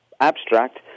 abstract